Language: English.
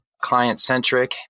client-centric